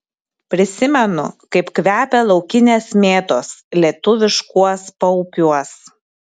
prisimenu kaip kvepia laukinės mėtos lietuviškuos paupiuos